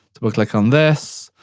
double click on this.